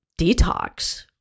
detox